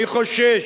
אני חושש,